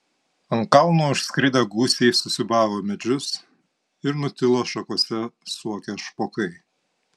ant kalno užskridę gūsiai susiūbavo medžius ir nutilo šakose suokę špokai